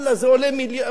זה עולה מיליארדים,